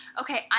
okay